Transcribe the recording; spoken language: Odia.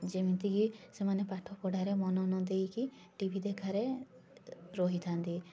ଯେମିତିକି ସେମାନେ ପାଠପଢ଼ାରେ ମନ ନ ଦେଇକି ଟି ଭି ଦେଖାରେ ରହିଥାନ୍ତି